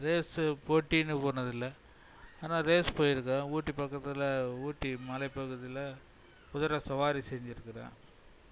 race போட்டின்னு போனதில்லை ஆனால் ரேஸ் போயிருக்கேன் ஊட்டி பக்கத்தில் ஊட்டி மலை பகுதியில் குதிரை சவாரி செஞ்சிருக்கிறேன்